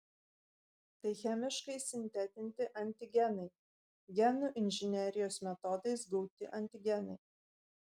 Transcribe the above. tai chemiškai sintetinti antigenai genų inžinerijos metodais gauti antigenai